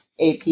AP